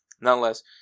nonetheless